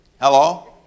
hello